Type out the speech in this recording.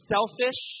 Selfish